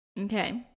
Okay